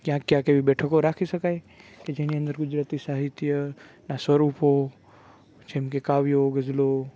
ક્યાંક ક્યાંક એવી બેઠકો રાખી શકાય કે જેની અંદર ગુજરાતી સાહિત્યના સ્વરૂપો જેમ કે કાવ્યો ગઝલો